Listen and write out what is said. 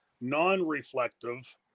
non-reflective